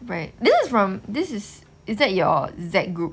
right this is from this is is that your Z group